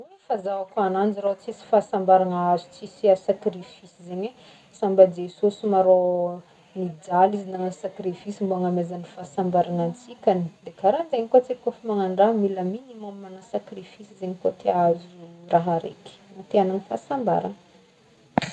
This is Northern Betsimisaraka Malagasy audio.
Oy, fahazahoko agnanjy rô tsisy fahasambaragna azo tsisy sacrifice zegny e, sa mba Jesosy ma rô nijaly izy nagnagno sacrifice mbô hagnamezagny fahasambaragna antsikagny, de karaha zegny koa antsikagny kaofa magnagno raha mila minimum agna sacrifice zegny kô tià ahazo raha reky na te hagnagny fahasambaragny.